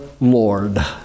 Lord